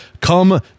come